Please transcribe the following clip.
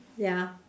ya